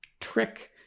trick